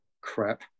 crap